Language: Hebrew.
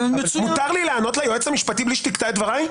מותר לי לענות ליועץ המשפטי בלי שתקטע את דברי?